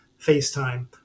FaceTime